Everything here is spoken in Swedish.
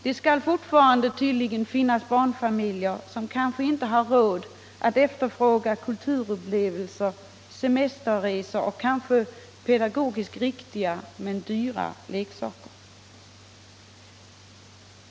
Det skall tydligen fortfarande finnas barnfamiljer som inte har råd att efterfråga kulturupplevelser, semesterresor och pedagogiskt riktiga men dyra leksaker.